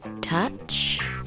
touch